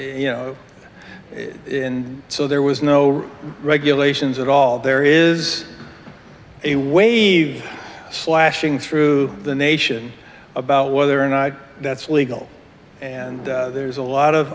you know and so there was no regulations at all there is a wave slashing through the nation about whether or not that's legal and there's a lot of